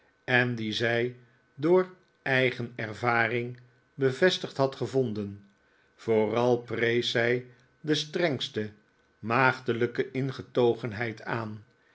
en die zij door eigen ervaring bevestigd had gevonden vooral prees zij de strengste maagdelijke ingetogenheid aan